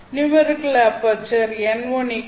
numerical aperture n1 1